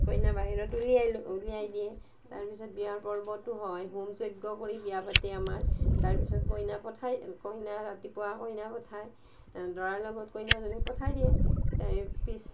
কইনা বাহিৰত উলিয়াই ল উলিয়াই দিয়ে তাৰপিছত বিয়াৰ পৰ্বতো হয় হোম যজ্ঞ কৰি বিয়া পাতে আমাৰ তাৰপিছত কইনা পঠাই কইনা ৰাতিপুৱা কইনা পঠায় দৰাৰ লগত কইনাজনী পঠাই দিয়ে তাৰপিছ